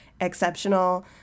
exceptional